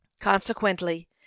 consequently